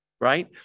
right